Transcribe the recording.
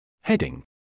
Heading